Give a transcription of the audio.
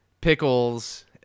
pickles